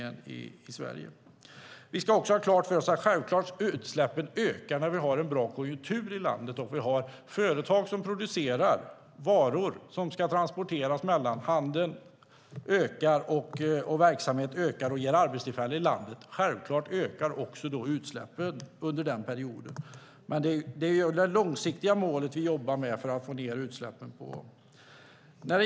Vi ska också ha klart för oss att utsläppen ökar när vi har en bra konjunktur i landet, när företag producerar varor som ska transporteras, handeln ökar och verksamhet ökar och ger arbetstillfällen i landet. Självklart ökar också utsläppen under den perioden. Men det är det långsiktiga målet vi jobbar med för att få ned utsläppen.